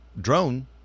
drone